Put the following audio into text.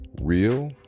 real